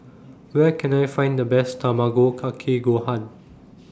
Where Can I Find The Best Tamago Kake Gohan